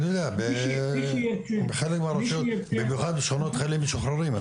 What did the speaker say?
אני יודע במיוחד שכונות חיילים משוחררים,